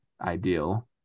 ideal